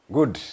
Good